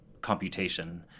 computation